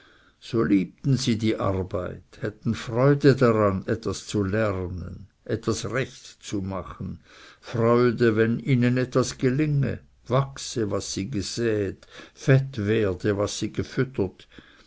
so liebten sie die arbeit hätten freude daran etwas zu lernen etwas recht zu machen freude wenn ihnen etwas gelinge wachse was sie gesäet fett werde was sie gefüttert